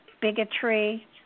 bigotry